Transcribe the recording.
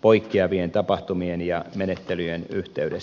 poikkeavien tapahtumien ja menettelyjen yhteydessä